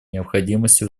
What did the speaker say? необходимости